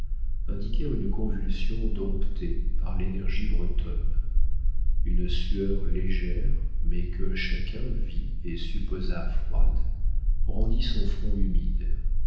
indiquèrent une convulsion domptée par l'énergie bretonne une sueur légère mais que chacun vit et supposa froide rendit son front humide